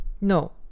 No